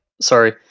Sorry